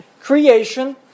Creation